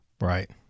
Right